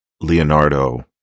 Leonardo